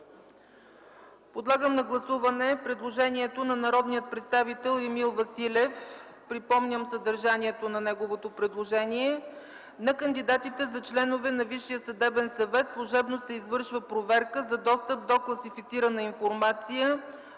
е прието. Има предложение на народния представител Емил Василев. Припомням съдържанието на неговото предложение: „На кандидатите за членове на Висшия съдебен съвет служебно се извършва проверка за достъп до класифицирана информация